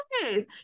Yes